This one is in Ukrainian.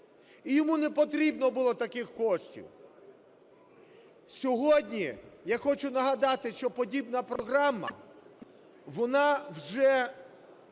І йому не потрібно було таких коштів. Сьогодні я хочу нагадати, що подібна програма, вона вже